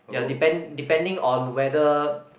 ya depend depending on whether